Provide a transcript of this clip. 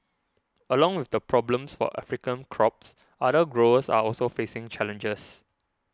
along with the problems for African crops other growers are also facing challenges